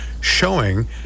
showing